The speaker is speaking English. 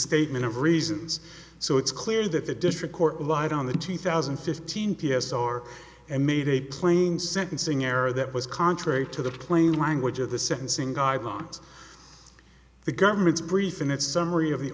statement of reasons so it's clear that the district court lied on the two thousand and fifteen p s or and made a plain sentencing error that was contrary to the plain language of the sentencing guidelines the government's brief in its summary of the